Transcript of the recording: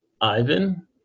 Ivan